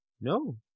No